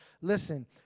listen